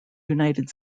united